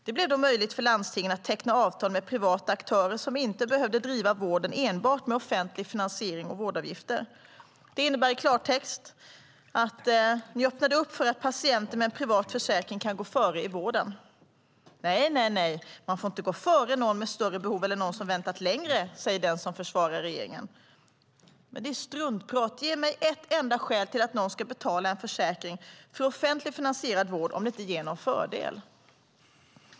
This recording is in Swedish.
Det blev då möjligt för landstingen att teckna avtal med privata aktörer som inte behövde driva vården enbart med offentlig finansiering och vårdavgifter. Det innebär i klartext att ni öppnade upp för att patienter med en privat försäkring kan gå före i vården. Nej, man får inte gå före någon med större behov eller någon som väntat längre, säger den som försvarar regeringen. Men det är struntprat. Ge mig ett enda skäl till att någon ska betala en försäkring för offentligt finansierad vård om det inte ger någon fördel.